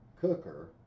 cooker